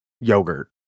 yogurt